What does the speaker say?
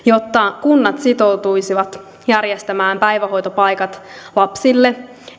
jotta kunnat sitoutuisivat järjestämään päivähoitopaikat lapsille